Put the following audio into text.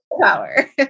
power